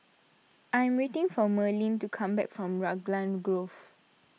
I am waiting for Marlen to come back from Raglan Grove